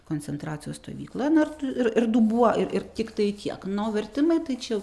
koncentracijos stovykloje na ir tu ir ir dubuo ir ir tiktai tiek na o vertimai tai čia